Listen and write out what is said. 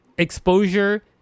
Exposure